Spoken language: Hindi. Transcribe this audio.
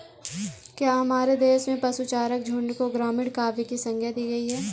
क्या हमारे देश में पशुचारक झुंड को ग्रामीण काव्य की संज्ञा दी गई है?